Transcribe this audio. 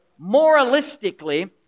moralistically